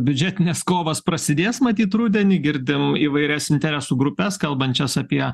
biudžetinės kovos prasidės matyt rudenį girdim įvairias interesų grupes kalbančias apie